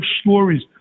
stories